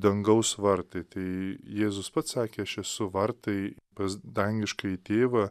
dangaus vartai tai jėzus pats sakė aš esu vartai pas dangiškąjį tėvą